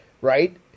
right